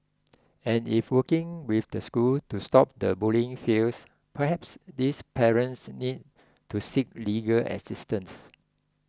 and if working with the school to stop the bullying fails perhaps these parents need to seek legal assistance